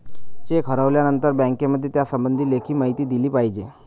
check हरवल्यानंतर बँकेमध्ये त्यासंबंधी लेखी माहिती दिली पाहिजे